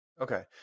Okay